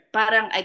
parang